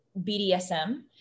BDSM